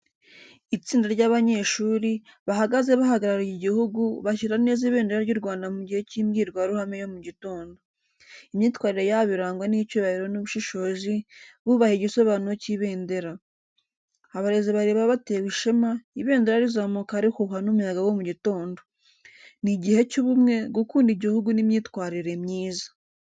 Itsinda ry’abanyeshuri, bahagaze bahagarariye igihugu, bashyira neza ibendera ry’u Rwanda mu gihe cy’imbwirwaruhame yo mu gitondo. Imyitwarire yabo irangwa n’icyubahiro n’ubushishozi, bubaha igisobanuro cy’ibendera. Abarezi bareba batewe ishema, ibendera rizamuka rihuhwa n’umuyaga wo mu gitondo. Ni igihe cy’ubumwe, gukunda igihugu n’imyitwarire myiza.